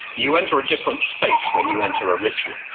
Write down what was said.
you enter a different space when you enter a ritual.